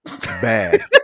Bad